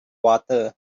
water